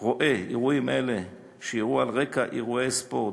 רואה אירועים אלה שאירעו על רקע אירועי ספורט,